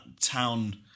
town